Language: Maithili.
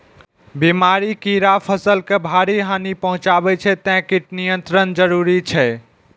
बीमारी, कीड़ा फसल के भारी हानि पहुंचाबै छै, तें कीट नियंत्रण जरूरी छै